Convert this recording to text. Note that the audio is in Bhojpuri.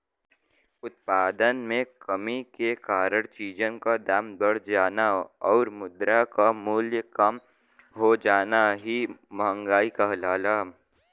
उत्पादन में कमी के कारण चीजन क दाम बढ़ जाना आउर मुद्रा क मूल्य कम हो जाना ही मंहगाई कहलाला